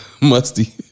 musty